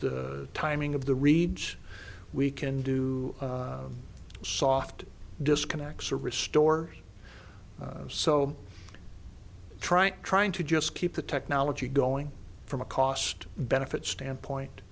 the timing of the reads we can do soft disconnects or restore so try trying to just keep the technology going from a cost benefit standpoint